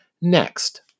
Next